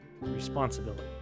responsibility